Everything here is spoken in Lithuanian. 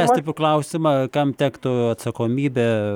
mes turime klausimą kam tektų atsakomybė